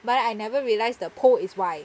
but then I never realised the pole is Y